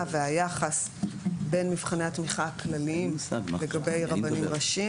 והיחס בין מבחני התמיכה הכלליים לגבי רבנים ראשיים,